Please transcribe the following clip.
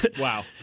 Wow